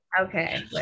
Okay